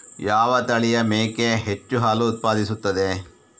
ಯಾವ ತಳಿಯ ಮೇಕೆ ಹೆಚ್ಚು ಹಾಲು ಉತ್ಪಾದಿಸುತ್ತದೆ?